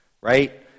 right